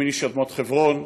ומני שדמות חברון,